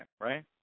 right